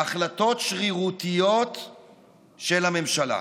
החלטות שרירותיות של הממשלה.